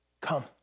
Come